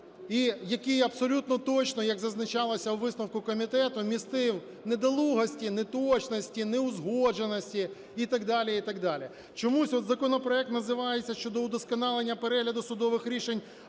який абсолютно точно, як зазначалося у висновку комітету, містив недолугості, неточності, неузгодженості і так далі, і так далі. Чомусь от законопроект називається "Щодо удосконалення перегляду судових рішень